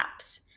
apps